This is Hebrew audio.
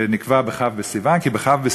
שנקבע בכ' בסיוון,